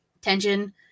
tension